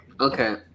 okay